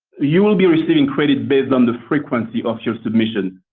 you will be receiving credit based on the frequency of your submissions,